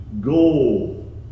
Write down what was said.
goal